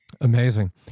Amazing